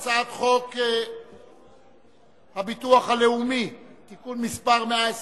אני קובע שהצעת חוק ההגבלים העסקיים (תיקון מס' 11)